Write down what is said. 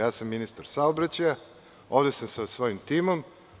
Ja sa ministar saobraćaja, ovde sam sa svojim timom.